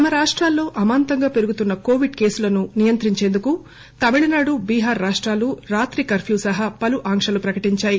తమ రాష్టాల్లో అమాంతంగా పెరుగుతున్న కోవిడ్ కేసులను నియంత్రించేందుకు తమిళనాడు బీహార్ రాష్టాలు రాత్రి కర్ఫ్యూ సహా పలు ఆంక్షలు ప్రకటించాయి